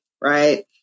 Right